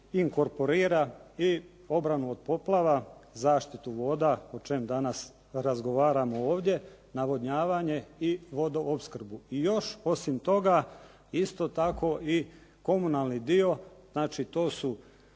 inkorporira i obranu od poplava, zaštitu voda, o čemu danas razgovaramo ovdje navodnjavanje i vodoopskrbu. I još osim toga isto tako i komunalni dio, znači to su